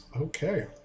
Okay